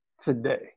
today